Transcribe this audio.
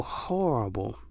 horrible